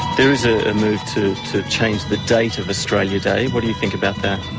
there is a move to to change the date of australia day, what do you think about that?